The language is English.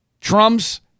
Trump's